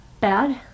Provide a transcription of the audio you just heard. bad